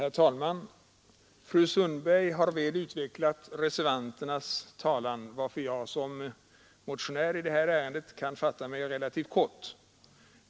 Herr talman! Fru Sundberg har väl utvecklat reservanternas talan, varför jag som motionär i detta ärende kan fatta mig relativt kort.